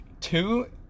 Two